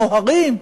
נוהרים.